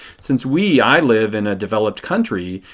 since we, i live in a developed country,